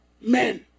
Men